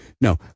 no